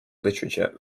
literature